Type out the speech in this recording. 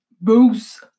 booze